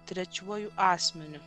trečiuoju asmeniu